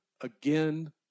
again